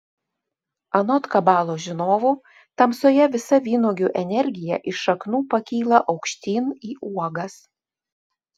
anot kabalos žinovų tamsoje visa vynuogių energija iš šaknų pakyla aukštyn į uogas